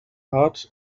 part